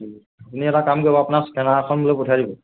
ঠিক আছে আপুনি এটা কাম কৰিব আপোনাৰ স্কেনাৰখন মোলৈ পঠিয়াই দিব